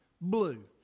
Blue